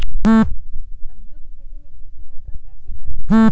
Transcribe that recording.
सब्जियों की खेती में कीट नियंत्रण कैसे करें?